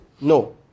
No